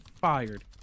fired